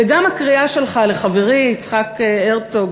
וגם הקריאה שלך לחברי יצחק הרצוג,